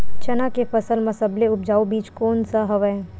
चना के फसल म सबले उपजाऊ बीज कोन स हवय?